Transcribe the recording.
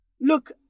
Look